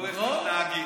תלוי איך תתנהגי.